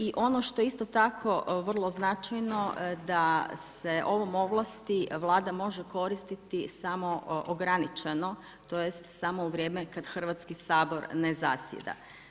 I ono što je isto tako vrlo značajno da se ovom ovlasti vlada može koristiti samo ograničeno, tj. samo u vrijeme kada Hrvatski sabor ne zasjeda.